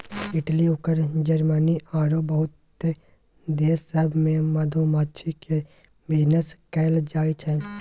Italy अउर Germany आरो बहुते देश सब मे मधुमाछी केर बिजनेस कएल जाइ छै